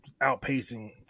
outpacing